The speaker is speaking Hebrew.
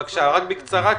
בקצרה.